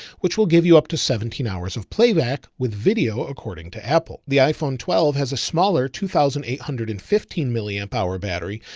which will give you up to seventeen hours of playback with video. according to apple, the iphone twelve has a smaller two thousand eight hundred and fifteen million power battery.